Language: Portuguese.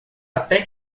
até